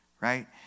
right